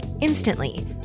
instantly